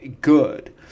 good